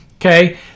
okay